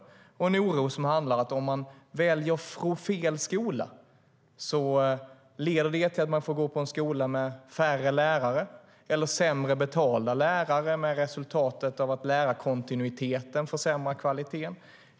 Och det finns en oro som handlar om att om man väljer fel skola leder det till att man får gå på en skola med färre lärare eller sämre betalda lärare, med resultatet att lärarkontinuiteten försämrar kvaliteten.